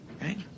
right